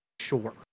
sure